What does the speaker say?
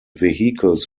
vehicles